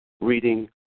reading